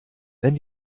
wenn